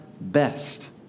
best